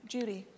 Judy